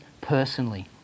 personally